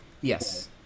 yes